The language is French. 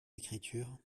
écriture